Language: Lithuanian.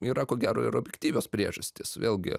yra ko gero ir objektyvios priežastys vėlgi